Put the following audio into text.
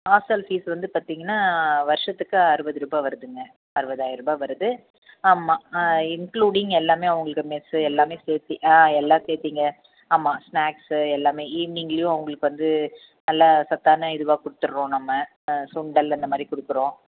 hostel fees வந்து பார்த்தீங்கன்னா வருஷத்துக்கு அறுபதுருபா வருதுங்க அறுபதாயிரருபா வருது ஆமாம் இன்க்லூடிங் எல்லாமே உங்களுக்கு மெஸ்சு எல்லாமே சேர்த்தி ஆ எல்லாமே சேர்த்திங்க ஆமாம் ஸ்னாக்ஸ்சு எல்லாமே ஈவினிங்லையும் அவங்களுக்கு வந்து நல்லா சத்தான இதுவாக கொடுத்துடுறோம் நம்ம சுண்டல் அந்தமாதிரி கொடுக்குறோம்